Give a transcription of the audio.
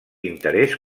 interès